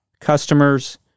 customers